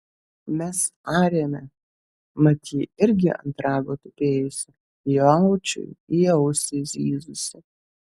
mes arėme mat ji irgi ant rago tupėjusi jaučiui į ausį zyzusi